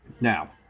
Now